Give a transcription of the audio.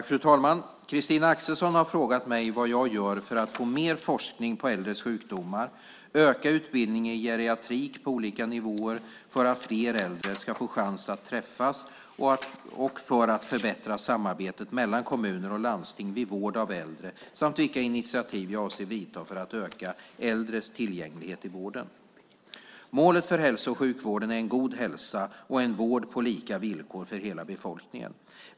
Fru talman! Christina Axelsson har frågat mig vad jag gör för att få mer forskning på äldres sjukdomar, öka utbildningen i geriatrik på olika nivåer, för att fler äldre ska få chansen att träffas och för att förbättra samarbetet mellan kommuner och landsting vid vård av äldre samt vilka initiativ jag avser att ta för att öka äldres tillgänglighet i vården. Målet för hälso och sjukvården är en god hälsa och en vård på lika villkor för hela befolkningen.